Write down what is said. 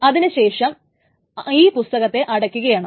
അതിനുശേഷം ഈ പുസ്തകത്തെ അടയ്ക്കുകയാണ്